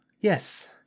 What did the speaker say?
yes